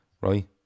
right